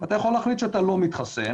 ואתה יכול להחליט שאתה לא מתחסן,